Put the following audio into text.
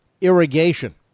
Irrigation